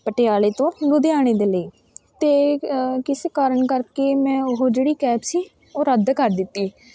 ਪਟਿਆਲੇ ਤੋਂ ਲੁਧਿਆਣੇ ਦੇ ਲਈ ਅਤੇ ਕਿਸੇ ਕਾਰਨ ਕਰਕੇ ਮੈਂ ਉਹ ਜਿਹੜੀ ਕੈਬ ਸੀ ਉਹ ਰੱਦ ਕਰ ਦਿੱਤੀ